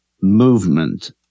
movement